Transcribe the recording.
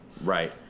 Right